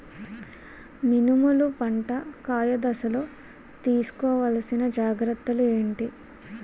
మినుములు పంట కాయ దశలో తిస్కోవాలసిన జాగ్రత్తలు ఏంటి?